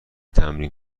تمرین